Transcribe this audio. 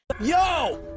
yo